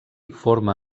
forma